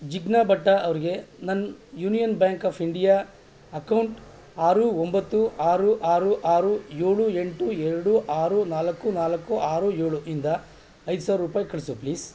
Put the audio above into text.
ಜಿಗ್ನಾ ಭಟ್ಟ ಅವರಿಗೆ ನನ್ನ union bank of India account ಆರು ಒಂಬತ್ತು ಆರು ಆರು ಆರು ಏಳು ಎಂಟು ಎರಡು ಆರು ನಾಲ್ಕು ನಾಲ್ಕು ಆರು ಏಳು ಇಂದ ಐದು ಸಾವ್ರ ರೂಪಾಯಿ ಕಳಿಸು ಪ್ಲೀಸ್